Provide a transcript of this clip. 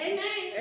Amen